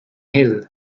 hill